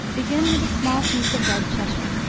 begin with a small piece of red cheshire.